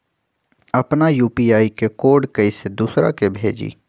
अपना यू.पी.आई के कोड कईसे दूसरा के भेजी?